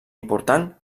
important